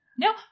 No